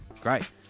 great